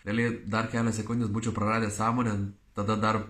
realiai dar kelios sekundes būčiau praradęs sąmonę tada dar